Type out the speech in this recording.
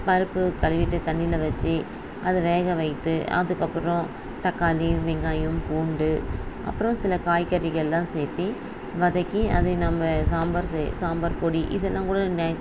பருப்பு கழுவிட்டு தண்ணியில வச்சு அதை வேக வைத்து அதுக்கு அப்புறம் தக்காளி வெங்காயம் பூண்டு அப்புறம் சில காய்கறிகள்லாம் சேர்த்து வதக்கி அதே நம்ம சாம்பார் செய் சாம்பார் பொடி இதெலாம் கூட